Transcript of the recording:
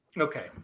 Okay